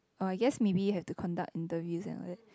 oh I guess maybe have to conduct interviews and all that